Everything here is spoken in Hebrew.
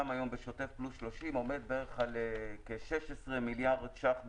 היום בשוטף פלוס 30 עומד על בערך 16 מיליארד שקל בשנה,